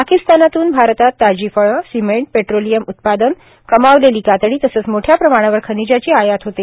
पाकिस्तानातून आरतात ताजी फळं सिमेंट पेट्रोलियम उत्पादन कमावलेली कातडीए तसंच मोठ्या प्रमाणावर खनिजाची आयात होते